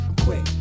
Quick